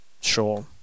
sure